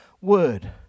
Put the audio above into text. Word